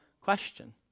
question